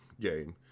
game